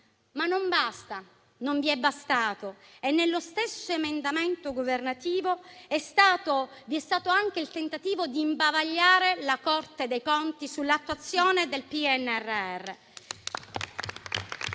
Ma questo non vi è bastato. Nello stesso emendamento governativo vi è stato anche il tentativo di imbavagliare la Corte dei conti sull'attuazione del PNRR